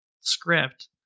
script